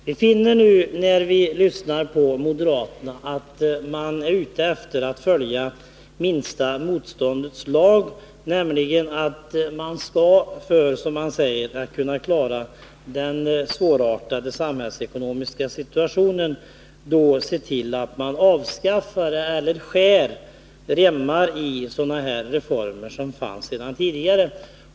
Vi finner nu, när vi lyssnar på moderaterna, att man är ute efter att följa minsta motståndets lag, nämligen att man för att, som man säger, kunna klara den svårartade samhällsekonomiska situationen skall avskaffa eller skära remmar ur sådana reformer som genomförts tidigare.